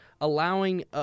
allowing